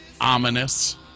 ominous